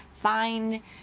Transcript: Find